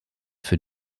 für